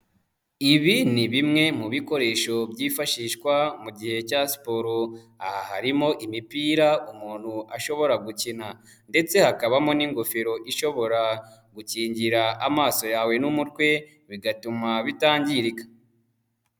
Ibi ni bimwe mu bikoresho byifashishwa mu gihe cya siporo, aha harimo imipira umuntu ashobora gukina. Ndetse hakabamo n'ingofero ishobora gukingira amaso yawe n'umutwe bigatuma bitangirika.